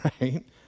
right